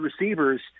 receivers